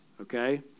okay